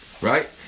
right